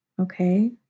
okay